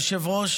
היושב-ראש,